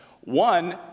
One